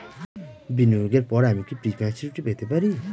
বিনিয়োগের পর আমি কি প্রিম্যচুরিটি পেতে পারি?